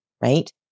Right